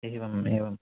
एवम् एवं